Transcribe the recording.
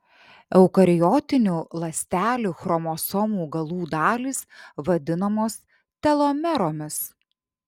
eukariotinių ląstelių chromosomų galų dalys vadinamos telomeromis